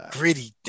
Gritty